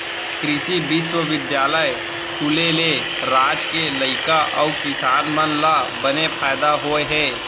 कृसि बिस्वबिद्यालय खुले ले राज के लइका अउ किसान मन ल बने फायदा होय हे